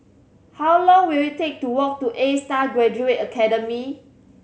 how long will it take to walk to Astar Graduate Academy